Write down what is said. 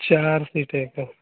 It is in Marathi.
चार सीट आहे का